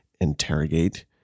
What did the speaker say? interrogate